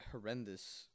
horrendous